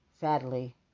Sadly